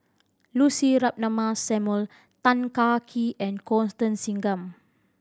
Lucy Ratnammah Samuel Tan Kah Kee and Constance Singam